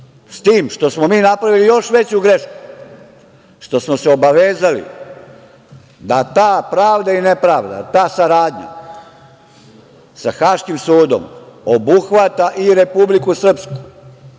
s tim što smo mi napravili još veću grešku što smo se obavezali da ta pravda i nepravda, ta saradnja sa Haškim sudom obuhvata i Republiku Srpsku.